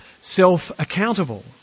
self-accountable